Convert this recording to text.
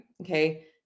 okay